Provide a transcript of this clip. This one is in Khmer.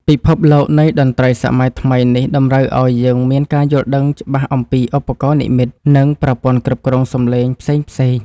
ពិភពលោកនៃតន្ត្រីសម័យថ្មីនេះតម្រូវឱ្យយើងមានការយល់ដឹងច្បាស់អំពីឧបករណ៍និម្មិត និង ប្រព័ន្ធគ្រប់គ្រងសំឡេងផ្សេងៗ។